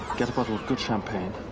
get a bottle of good champagne,